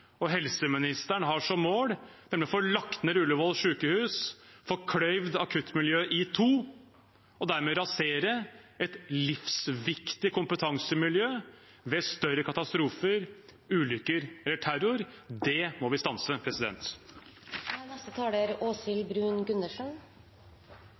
og helseministeren har som mål, nemlig å få lagt ned Ullevål sykehus, få kløyvd akuttmiljøet i to og dermed rasere et livsviktig kompetansemiljø ved større katastrofer, ulykker eller terror. Det må vi stanse.